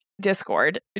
discord